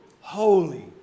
holy